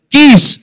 Keys